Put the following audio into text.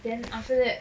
then after that